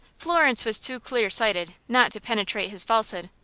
florence was too clear-sighted not to penetrate his falsehood.